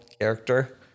character